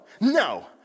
no